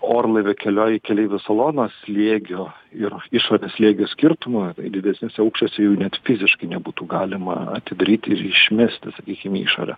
orlaivių kelioj keleivių salono slėgio ir išorės slėgių skirtumo didesniuose aukščiuose jau net fiziškai nebūtų galima atidaryti ir išmesti sakykim į išorę